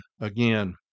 Again